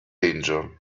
angel